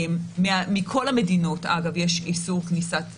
מכל המדינות, אגב, יש איסור כניסת זרים,